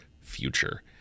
future